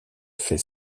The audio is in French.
fait